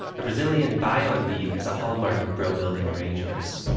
the brazilian by on beat is a hallmark of brill building arrangements